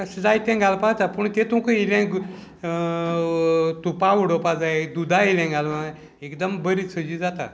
कशें जायतें घालपाचें पूण तेतूंक इल्लें तुपा उडोवपा जाय दुदा येलें घालपा एकदम बरी सजी जाता